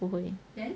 不会